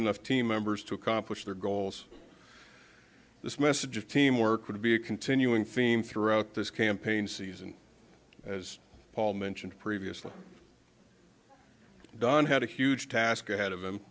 enough team members to accomplish their goals this message of teamwork would be a continuing theme throughout this campaign season as paul mentioned previously don had a huge task ahead of him